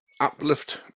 uplift